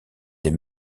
des